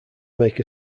make